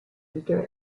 weaker